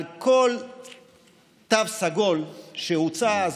על כל תו סגול שהוצא אז,